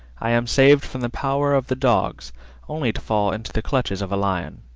i am saved from the power of the dogs only to fall into the clutches of a lion.